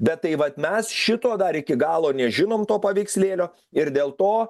bet tai vat mes šito dar iki galo nežinom to paveikslėlio ir dėl to